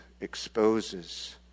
exposes